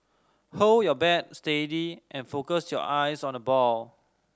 hold your bat steady and focus your eyes on the ball